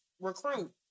recruit